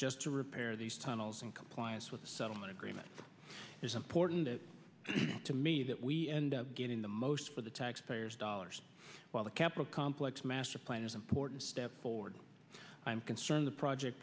just to repair these tunnels and compliance with the settlement agreement is important to me that we end up getting the most for the taxpayers dollars while the capitol complex master plan is an important step forward i'm concerned the project